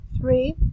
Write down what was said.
Three